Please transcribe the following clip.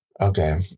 Okay